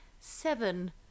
seven